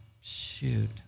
shoot